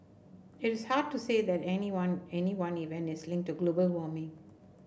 it is hard to say that anyone any one event is linked to global warming